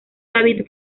david